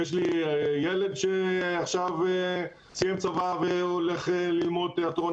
יש לי ילד שעכשיו סיים צבא ועכשיו הוא הולך ללמוד תיאטרון,